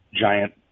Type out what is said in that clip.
giant